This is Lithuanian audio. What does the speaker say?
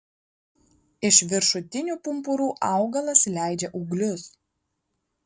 iš viršutinių pumpurų augalas leidžia ūglius